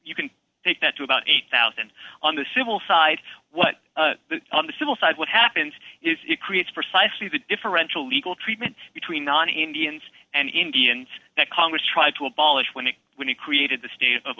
you can take that to about eight thousand on the civil side what on the civil side what happens is it creates precisely the differential legal treatment between non indians and indians that congress tried to abolish when the when he created the state of